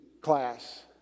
class